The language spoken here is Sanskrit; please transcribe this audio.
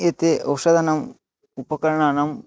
एते ओषधानाम् उपकरणानां